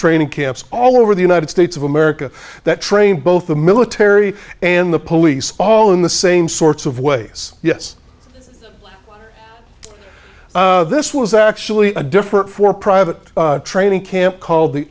training camps all over the united states of america that train both the military and the police all in the same sorts of ways yes this was actually a different for private training camp called the